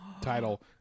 title